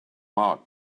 mark